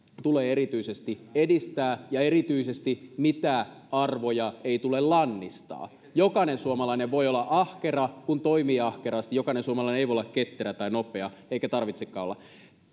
tulee erityisesti edistää ja erityisesti mitä arvoja ei tule lannistaa jokainen suomalainen voi olla ahkera kun toimii ahkerasti jokainen suomalainen ei voi olla ketterä tai nopea eikä tarvitsekaan olla